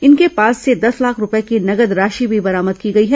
इनके पास से दस लाख रूपये की नगद राशि भी बरामद की गई है